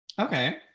Okay